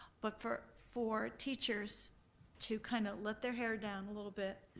but for for teachers to kind of let their hair down a little bit.